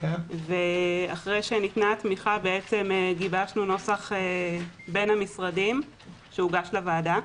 ואחרי שניתנה התמיכה גיבשנו נוסח בין המשרדים שהוגש לוועדה.